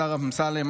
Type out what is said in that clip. השר אמסלם,